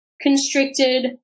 constricted